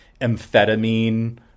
amphetamine